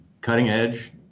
cutting-edge